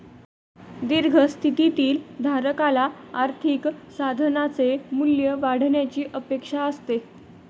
दीर्घ स्थितीतील धारकाला आर्थिक साधनाचे मूल्य वाढण्याची अपेक्षा असते